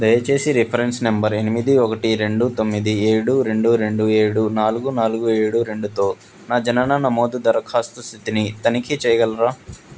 దయచేసి reference number ఎనిమిది ఒకటి రెండు తొమ్మిది ఏడు రెండు రెండు ఏడు నాలుగు నాలుగు ఏడు రెండుతో నా జనన నమోదు దరఖాస్తు స్థితిని తనిఖీ చేయగలరా